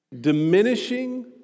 diminishing